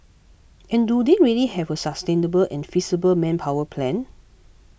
and do they really have a sustainable and feasible manpower plan